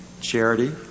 charity